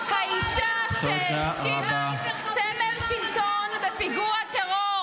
האישה שהאשימה סמל שלטון בפיגוע טרור